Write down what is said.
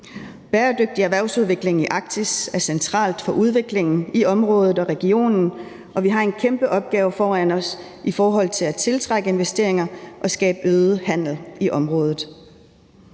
Bæredygtig erhvervsudvikling i Arktis er centralt for udviklingen i området og i regionen, og vi har en kæmpe opgave foran os i forhold til at tiltrække investeringer og skabe øget handel i området.